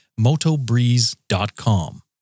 Motobreeze.com